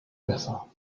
besser